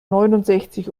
neunundsechzig